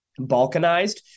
balkanized